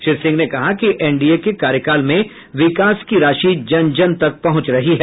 श्री सिंह ने कहा कि एनडीए के कार्यकाल में विकास की राशि जन जन तक पहुंच रही है